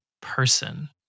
person